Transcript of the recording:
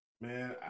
Man